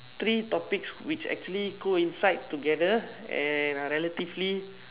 three topics which actually coincide together and are relatively